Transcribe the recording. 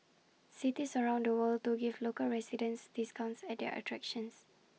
cities around the world do give local residents discounts at their attractions